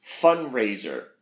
fundraiser